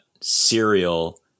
cereal